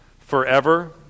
forever